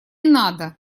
надо